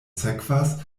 sekvas